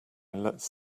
lets